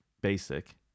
basic